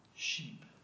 sheep